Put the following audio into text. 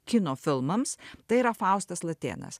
kino filmams tai yra faustas latėnas